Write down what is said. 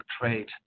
trade